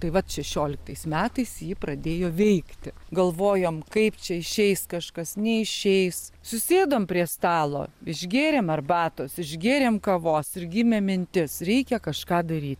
tai vat šešioliktais metais ji pradėjo veikti galvojom kaip čia išeis kažkas neišeis susėdom prie stalo išgėrėm arbatos išgėrėm kavos ir gimė mintis reikia kažką daryt